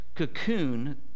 Cocoon